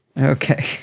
Okay